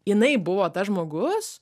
jinai buvo tas žmogus